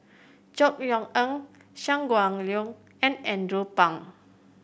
Chor Yeok Eng Shangguan Liuyun and Andrew Phang